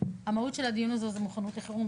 המהות של הדיון הזה זה מוכנות לחירום,